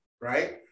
right